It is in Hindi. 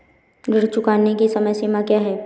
ऋण चुकाने की समय सीमा क्या है?